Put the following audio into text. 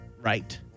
right